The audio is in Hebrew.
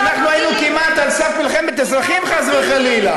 שאנחנו היינו כמעט על סף מלחמת אזרחים, חס וחלילה.